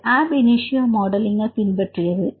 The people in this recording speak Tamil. இது ab initio மாடலிங் பின்பற்றியது